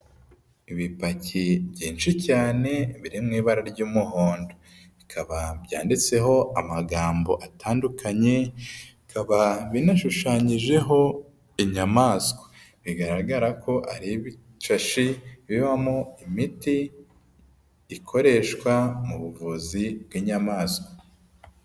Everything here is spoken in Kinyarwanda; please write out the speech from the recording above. Ibipaki byinshi cyane biri mu ibara ry'umuhondo bikaba byanditseho amagambo atandukanye, bikaba binashushanyijeho inyamaswa bigaragara ko ari ibishashi bibamo imiti ikoreshwa mu buvuzi bw'inyamaswa.